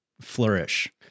flourish